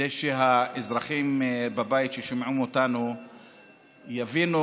כדי שהאזרחים ששומעים אותנו בבית יבינו.